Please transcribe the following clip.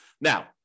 Now